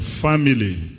family